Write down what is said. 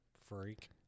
Freak